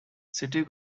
city